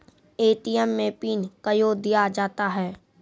ATM मे PIN कयो दिया जाता हैं?